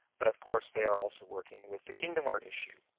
but, of course, they are also working with the kingdomware issue.